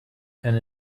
and